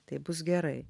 tai bus gerai